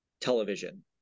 Television